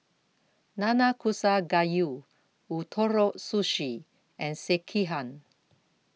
Nanakusa Gayu Ootoro Sushi and Sekihan